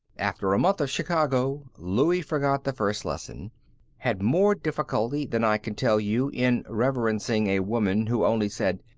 after a month of chicago louie forgot the first lesson had more difficulty than i can tell you in reverencing a woman who only said,